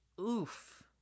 oof